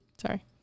sorry